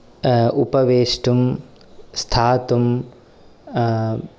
उपवेष्टुं स्थातुं